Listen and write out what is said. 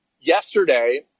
Yesterday